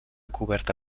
coberta